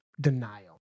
denial